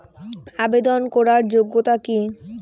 আবেদন করার যোগ্যতা কি?